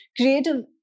creative